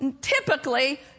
typically